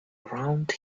around